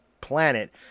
planet